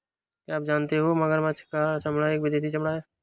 क्या आप जानते हो मगरमच्छ का चमड़ा एक विदेशी चमड़ा है